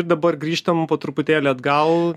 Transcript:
ir dabar grįžtam po truputėlį atgal